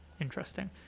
interesting